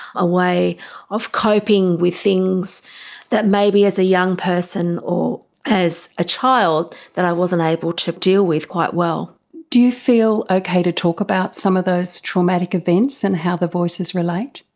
a way of coping with things that maybe as a young person or as a child that i wasn't able to deal with quite well. de you feel okay to talk about some of those traumatic events and how the voices relate?